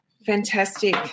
Fantastic